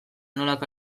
nolako